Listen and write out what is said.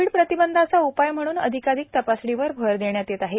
Covid प्रतिबंधाचा उपाय म्हणून अधिकाधिक तपासणीवर भर देण्यात येत आहे